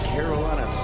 Carolina